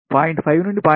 5 నుండి 0